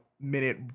minute